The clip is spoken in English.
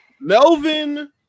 Melvin